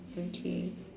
okay